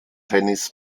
tennis